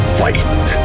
fight